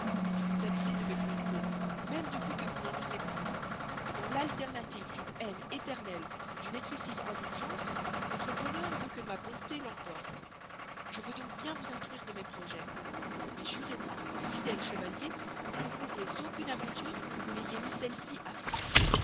mais vous abusez de mes bontés même depuis que vous n'en usez plus et dans l'alternative d'une haine éternelle ou d'une excessive indulgence votre bonheur veut que ma bonté l'emporte je veux donc bien vous instruire de mes projets mais jurez-moi qu'en fidèle chevalier vous ne courrez aucune aventure que vous n'ayez mis celle-ci